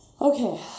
Okay